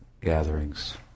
gatherings